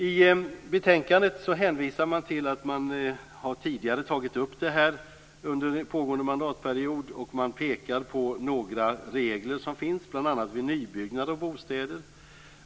I betänkandet hänvisar man till att man tidigare har tagit upp detta under pågående mandatperiod. Man pekar på några regler som finns, bl.a. vid nybyggnad av bostäder.